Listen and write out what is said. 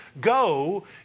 go